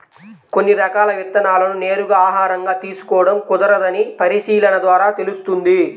కొన్ని రకాల విత్తనాలను నేరుగా ఆహారంగా తీసుకోడం కుదరదని పరిశీలన ద్వారా తెలుస్తుంది